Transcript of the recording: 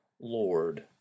Lord